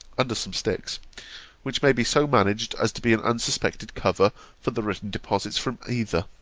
under some sticks which may be so managed as to be an unsuspected cover for the written deposits from either.